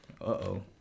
Uh-oh